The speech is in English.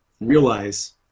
realize